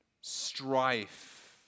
strife